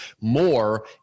more